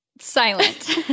silent